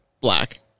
black